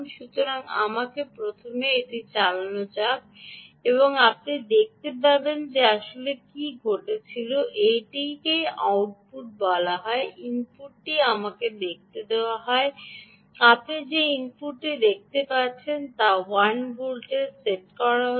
সুতরাং আমাকে প্রথমে এটি চালানো যাক এবং আপনি দেখতে পাবেন যে আসলে কী ঘটেছিল এটিই আউটপুটটি বলা হয় ইনপুটটি আমাকে দেখতে দেয় যে আপনি যে ইনপুটটি দেখতে পাচ্ছেন তা কি 1 ভোল্টে সেট করা আছে